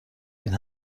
این